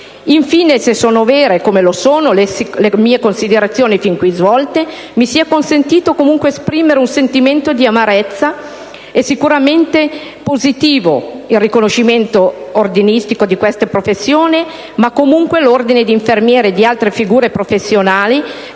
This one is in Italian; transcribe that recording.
Infine, se sono vere - come lo sono - le mie considerazioni sin qui svolte, mi sia consentito esprimere anche un sentimento di amarezza: se è sicuramente positivo il riconoscimento ordinistico di queste professioni, gli ordini degli infermieri e di altre figure professionali